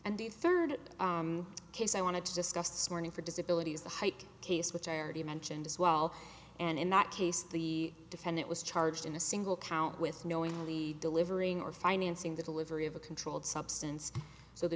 and the third case i want to discuss this morning for disability is the height case which i already mentioned as well and in that case the defendant was charged in a single count with knowingly delivering or financing the delivery of a controlled substance